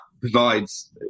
provides